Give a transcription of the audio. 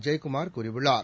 ஜெயக்குமார் கூறியுள்ளார்